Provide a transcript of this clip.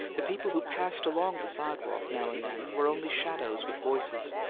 the people who passed along the sidewalk, now and then, were only shadows with voices,